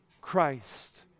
Christ